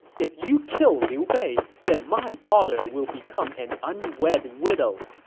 if you kill liu bei, then my daughter will become an unwed widow.